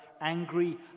angry